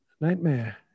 nightmare